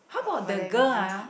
how about the girl ah